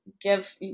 give